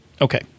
Okay